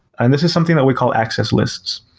and this is something that we call access lists.